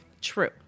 True